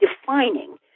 defining